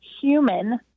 human